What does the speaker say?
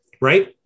Right